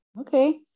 Okay